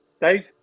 dave